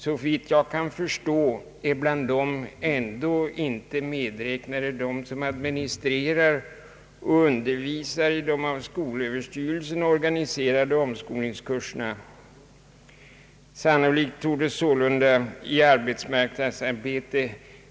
Såvitt jag kan förstå ingår bland dessa ändå inte sådana som administrerar och undervisar i de av skolöverstyrelsen organiserade omskolningskurserna. Sannolikt torde sålunda